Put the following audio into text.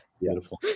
beautiful